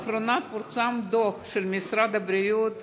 לאחרונה פורסם דוח של משרד הבריאות